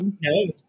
No